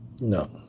No